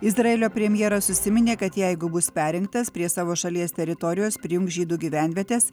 izraelio premjeras užsiminė kad jeigu bus perrinktas prie savo šalies teritorijos prijungs žydų gyvenvietes